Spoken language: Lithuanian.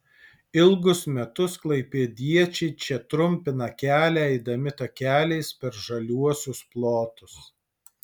ilgus metus klaipėdiečiai čia trumpina kelią eidami takeliais per žaliuosius plotus